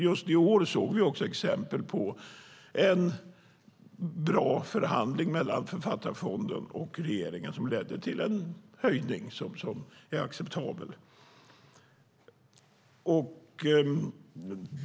Just i år såg vi också exempel på en bra förhandling mellan Författarfonden och regeringen som ledde till en höjning som är acceptabel.